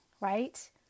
right